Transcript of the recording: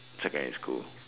secondary school